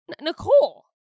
nicole